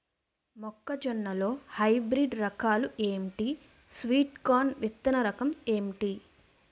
మొక్క జొన్న లో హైబ్రిడ్ రకాలు ఎంటి? స్వీట్ కార్న్ విత్తన రకం ఏంటి?